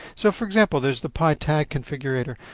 so, for example, there's the pi tag configurator.